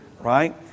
Right